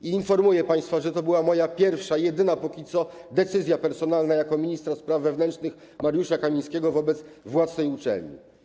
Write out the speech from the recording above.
I informuję państwa, że to była moja pierwsza i jedyna póki co decyzja personalna jako ministra spraw wewnętrznych Mariusza Kamińskiego wobec władz tej uczelni.